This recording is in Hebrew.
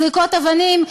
זריקות אבנים,